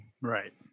Right